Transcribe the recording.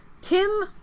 Tim